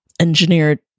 engineered